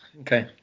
Okay